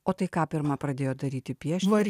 o tai ką pirma pradėjot daryti piešti